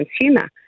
Consumer